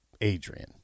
Adrian